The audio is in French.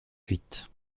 huit